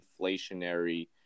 inflationary